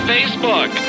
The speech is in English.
Facebook